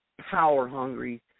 power-hungry